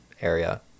area